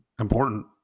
important